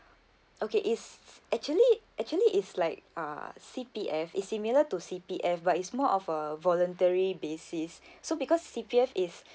okay is actually actually is like uh C_P_F is similar to C_P_F but is more of a voluntary basis so because C_P_F is